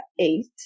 eight